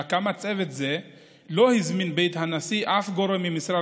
להקמת צוות זה לא הזמין בית הנשיא שום גורם ממשרד